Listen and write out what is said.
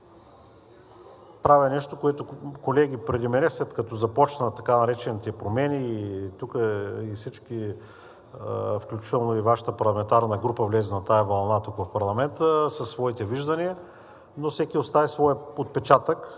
правя нещо, което колеги преди мен, след като започнаха така наречените промени, и тук всички, включително и Вашата парламентарна група, влезе на тази вълна тук в парламента със своите виждания, но всеки остави своя отпечатък,